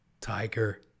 Tiger